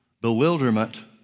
bewilderment